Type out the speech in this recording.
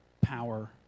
power